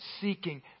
seeking